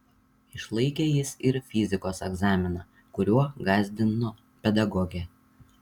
išlaikė jis ir fizikos egzaminą kuriuo gąsdino pedagogė